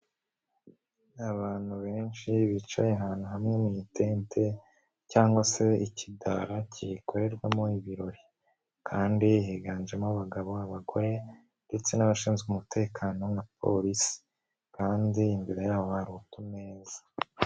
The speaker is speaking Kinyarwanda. Ni abantu benshi bicaye ahantu hamwe mu tente cyangwa se ikidara kikorerwamo ibirori kandi higanjemo abagabo, abagore ndetse n'abashinzwe umutekano na polisi kandi imbere yabo hari ameza.